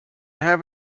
have